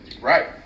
Right